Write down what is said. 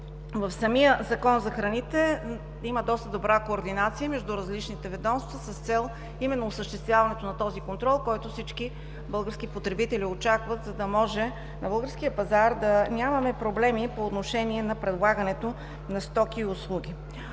в самия Закон за храните има доста добра координация между различните ведомства с цел именно осъществяването на този контрол, който всички български потребители очакват, за да може на българския пазар да нямаме проблеми по отношение на предлагането на стоки и услуги.